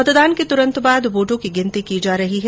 मतदान के तुरंत बाद वोटो की गिनर्ती की जा रही है